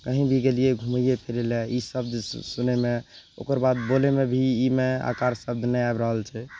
कहीं भी गेलियै घुमैये फिरये लए ई शब्द सुनयमे ओकर बाद बोलयमे भी ई मे आकार शब्द नहि आबि रहल छै